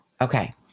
Okay